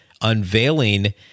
unveiling